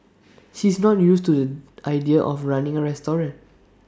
she's not used to the idea of running A restaurant